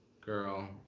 Girl